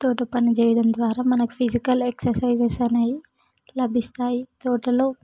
తోట పని చెయ్యడం ద్వారా మనకు ఫిజికల్ ఎక్సర్సైజెస్ అనేవి లభిస్తాయి తోటలో